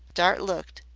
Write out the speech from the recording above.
dart looked.